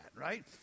right